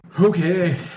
Okay